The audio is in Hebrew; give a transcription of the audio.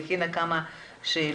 והכינה כמה שאלות.